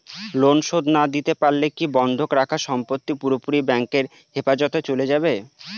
Loan শোধ না দিতে পারলে কি বন্ধক রাখা সম্পত্তি পুরোপুরি ব্যাংকের হেফাজতে চলে যাবে?